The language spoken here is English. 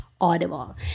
Audible